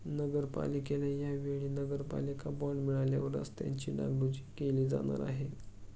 नगरपालिकेला या वेळी नगरपालिका बॉंड मिळाल्यावर रस्त्यांची डागडुजी केली जाणार आहे